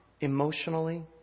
emotionally